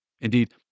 Indeed